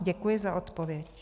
Děkuji za odpověď.